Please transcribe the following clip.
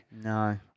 no